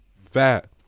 fat